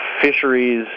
Fisheries